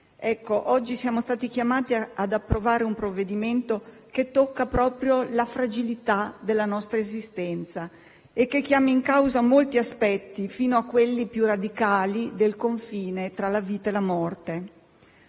vicine. Oggi siamo stati chiamati ad approvare un provvedimento che tocca proprio la fragilità della nostra esistenza e che chiama in causa molti aspetti, fino a quelli più radicali del confine tra la vita e la morte.